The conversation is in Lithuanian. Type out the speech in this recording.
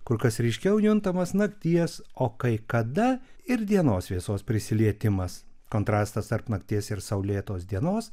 kur kas ryškiau juntamas nakties o kai kada ir dienos šviesos prisilietimas kontrastas tarp nakties ir saulėtos dienos